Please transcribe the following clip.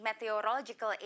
Meteorological